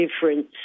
difference